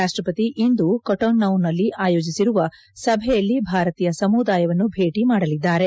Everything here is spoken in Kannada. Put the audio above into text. ರಾಷ್ಟ್ರಪತಿ ಇಂದು ಕೊಟೊನೌನಲ್ಲಿ ಆಯೋಜಿಸಿರುವ ಸಭೆಯಲ್ಲಿ ಭಾರತೀಯ ಸಮುದಾಯವನ್ನು ಭೇಟಿ ಮಾಡಲಿದ್ದಾರೆ